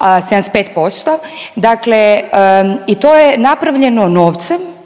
75%. Dakle, i to je napravljeno novcem